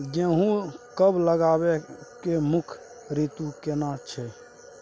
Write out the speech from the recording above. गेहूं कब लगाबै के मुख्य रीतु केना छै?